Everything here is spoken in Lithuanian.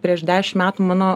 prieš dešim metų mano